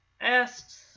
asks